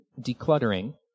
decluttering